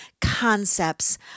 concepts